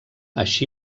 així